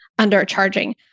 undercharging